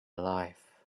life